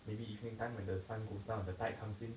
maybe evening time when the sun goes down the tide comes in